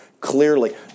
clearly